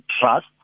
trust